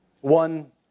One